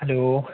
hello